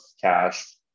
cash